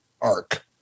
arc